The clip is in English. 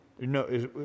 No